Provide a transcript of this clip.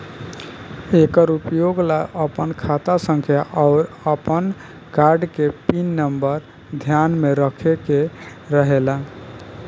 एकर उपयोग ला आपन खाता संख्या आउर आपन कार्ड के पिन नम्बर ध्यान में रखे के रहेला